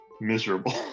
miserable